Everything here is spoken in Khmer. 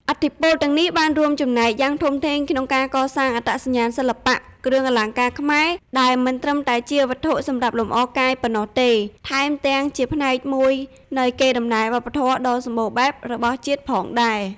ឥទ្ធិពលទាំងនេះបានរួមចំណែកយ៉ាងធំធេងក្នុងការកសាងអត្តសញ្ញាណសិល្បៈគ្រឿងអលង្ការខ្មែរ ដែលមិនត្រឹមតែជាវត្ថុសម្រាប់លម្អកាយប៉ុណ្ណោះទេ ថែមទាំងជាផ្នែកមួយនៃកេរដំណែលវប្បធម៌ដ៏សម្បូរបែបរបស់ជាតិផងដែរ។